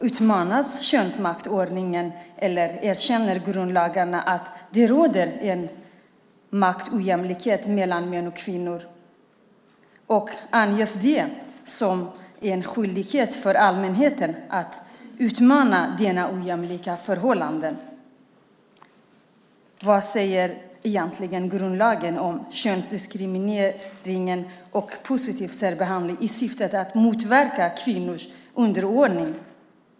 Utmanas könsmaktsordningen, eller erkänner grundlagarna att det råder en maktojämlikhet mellan män och kvinnor? Anges det som en skyldighet för allmänheten att utmana dessa ojämlika förhållanden? Vad säger egentligen grundlagen om könsdiskriminering och positiv särbehandling i syfte att motverka kvinnors underordning?